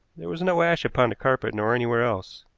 there was no ash upon the carpet nor anywhere else.